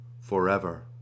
forever